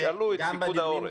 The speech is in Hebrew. תשאלו את פיקוד העורף.